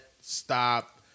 stop